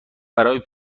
برای